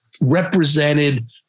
represented